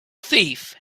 thief